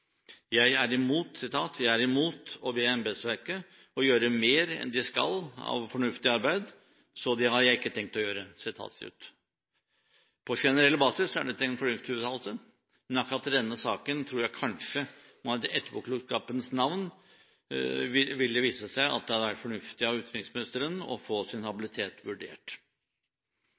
jeg ikke tenkt å gjøre.» På generell basis er dette en fornuftig uttalelse, men akkurat i denne saken tror jeg kanskje i etterpåklokskapens navn det vil vise seg at det hadde vært fornuftig av utenriksministeren å få sin habilitet vurdert.